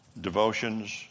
devotions